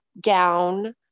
gown